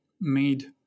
made